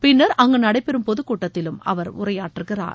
பின்னர் அங்கு நடைபெறும் பொதுக் கூட்டத்திலும் அவர் உரையாற்றுகிறார்